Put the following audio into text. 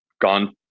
gone